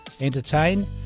entertain